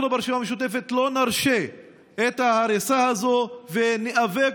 אנחנו ברשימה המשותפת לא נרשה את ההריסה הזאת וניאבק